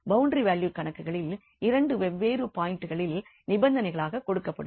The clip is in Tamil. பௌண்டரி வேல்யூ கணக்குகளில் இரண்டு வேவ்வேறு பாயிண்ட்களில் நிபந்தனைகளாக கொடுக்கப்படும்